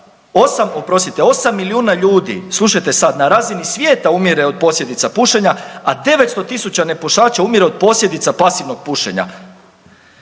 8.000 oprostite 8 milijuna ljudi, slušajte sad, na razini svijeta umire od posljedica pušenja, a 900.000 nepušača umire od posljedica pasivnog pušenja.